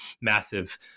massive